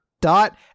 Dot